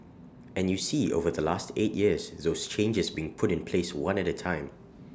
and you see over the last eight years those changes being put in place one at A time